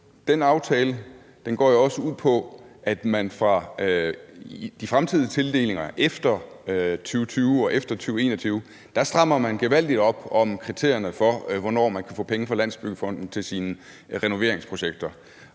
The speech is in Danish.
Den aftale går jo også ud på, at man fra de fremtidige tildelinger efter 2020 og 2021 strammer gevaldigt op om kriterierne for, hvornår man kan få penge fra Landsbyggefonden til sine renoveringsprojekter,